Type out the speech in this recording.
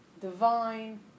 divine